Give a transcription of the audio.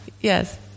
Yes